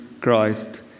Christ